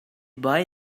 boy